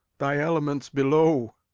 thy element's below!